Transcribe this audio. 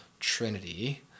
trinity